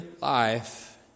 life